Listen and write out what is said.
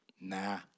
nah